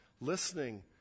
Listening